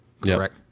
correct